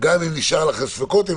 החיסרון של האפשרות של הגרלה בין כל